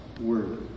Word